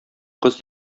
кыз